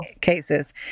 cases